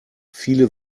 viele